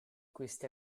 queste